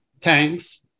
tanks